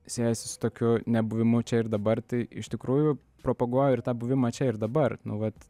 siejasi su tokiu nebuvimu čia ir dabar tai iš tikrųjų propaguoju ir tą buvimą čia ir dabar nu vat